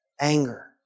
anger